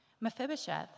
Mephibosheth